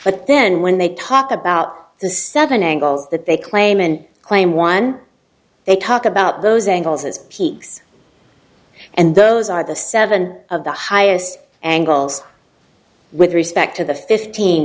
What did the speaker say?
but then when they talk about the seven angles that they claim and claim one they talk about those angles as peaks and those are the seven of the highest angles with respect to the fifteen